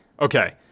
Okay